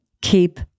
keep